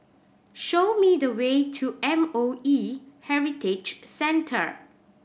show me the way to M O E Heritage Centre